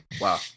Wow